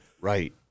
Right